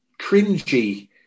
cringy